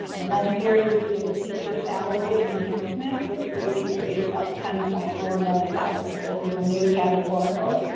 and then here you see the teacher salary enhancement, which is an increase of ten point four million dollars. this is a new categorical,